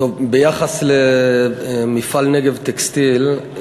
ביחס למפעל "נגב טקסטיל",